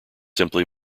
simply